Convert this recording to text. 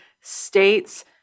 states